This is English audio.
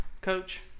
coach